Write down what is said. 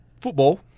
Football